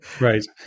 right